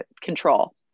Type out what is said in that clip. control